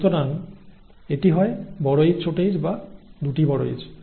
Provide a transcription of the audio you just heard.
সুতরাং এটি হয় Hh বা HH